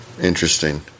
interesting